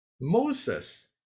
Moses